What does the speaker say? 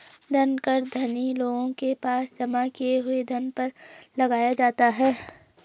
धन कर धनी लोगों के पास जमा किए हुए धन पर लगाया जाता है